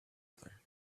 other